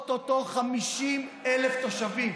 או-טו-טו 50,000 תושבים.